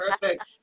perfect